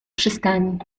przystani